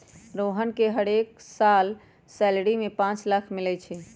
रोहन के हरेक साल सैलरी में पाच लाख मिलई छई